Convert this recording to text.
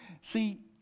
See